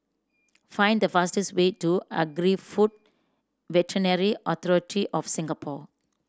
find the fastest way to Agri Food Veterinary Authority of Singapore